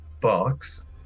box